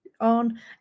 on